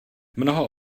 mnoho